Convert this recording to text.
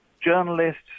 journalists